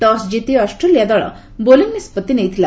toss ଜିତି Australia ଦଳ bowling ନିଷ୍କଭି ନେଇଥିଲା